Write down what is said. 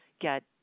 get